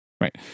Right